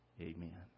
Amen